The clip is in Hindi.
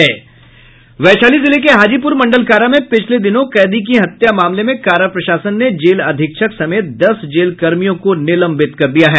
वैशाली जिले के हाजीपुर मंडल कारा में पिछले दिनों कैदी की हत्या के मामले में कारा प्रशासन ने जेल अधीक्षक समेत दस जेल कर्मियों को निलंबित कर दिया है